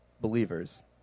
believers